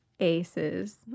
aces